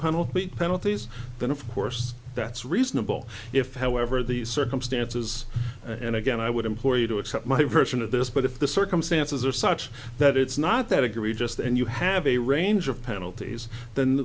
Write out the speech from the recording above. penalty penalties then of course that's reasonable if however these circumstances and again i would implore you to accept my version of this but if the circumstances are such that it's not that agree just and you have a range of penalties th